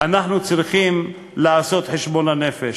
אנחנו צריכים לעשות חשבון הנפש.